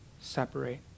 separate